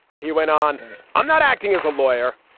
he went on i'm not acting as a lawyer.